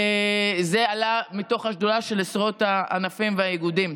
זה עלה מתוך השדולה של עשרות הענפים והאיגודים.